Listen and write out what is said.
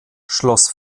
schloss